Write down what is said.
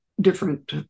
different